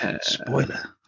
Spoiler